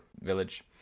village